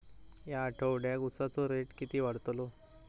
या आठवड्याक उसाचो रेट किती वाढतलो?